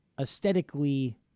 aesthetically